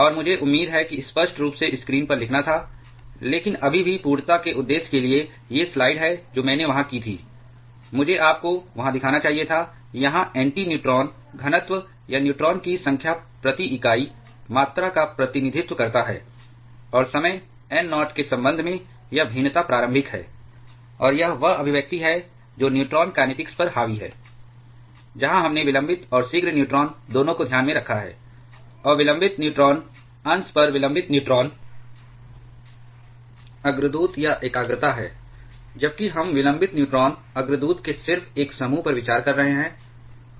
और मुझे उम्मीद है कि स्पष्ट रूप से स्क्रीन पर लिखना था लेकिन अभी भी पूर्णता के उद्देश्य के लिए ये स्लाइड हैं जो मैंने वहां की थी मुझे आपको वहां दिखाना चाहिए था यहां nt न्यूट्रॉन घनत्व या न्यूट्रॉन की संख्या प्रति इकाई मात्रा का प्रतिनिधित्व करता है और समय n नॉट के संबंध में यह भिन्नता प्रारंभिक है और यह वह अभिव्यक्ति है जो न्यूट्रॉन कैनेटीक्स पर हावी है जहां हमने विलंबित और शीघ्र न्यूट्रॉन दोनों को ध्यान में रखा है और विलंबित न्यूट्रॉन अंश पर विलंबित न्यूट्रॉन अग्रदूत या एकाग्रता है जबकि हम विलंबित न्यूट्रॉन अग्रदूत के सिर्फ एक समूह पर विचार कर रहे हैं